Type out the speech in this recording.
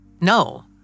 No